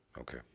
Okay